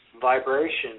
vibration